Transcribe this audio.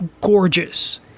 gorgeous